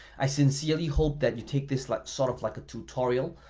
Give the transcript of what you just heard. i sincerely hope that you take this like sort of like a tutorial.